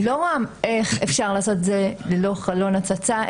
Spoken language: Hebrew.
אני לא רואה איך אפשר לעשות את זה ללא חלון הצצה,